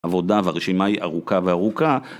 עבודה והרשימה היא ארוכה וארוכה